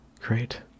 Great